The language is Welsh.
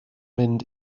mynd